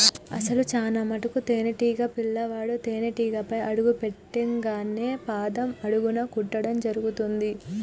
అసలు చానా మటుకు తేనీటీగ పిల్లవాడు తేనేటీగపై అడుగు పెట్టింగానే పాదం అడుగున కుట్టడం జరుగుతుంది